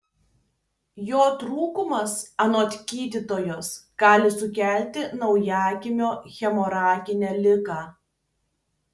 jo trūkumas anot gydytojos gali sukelti naujagimio hemoraginę ligą